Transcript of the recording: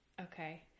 Okay